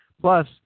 Plus